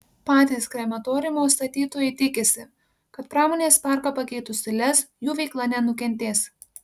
patys krematoriumo statytojai tikisi kad pramonės parką pakeitus į lez jų veikla nenukentės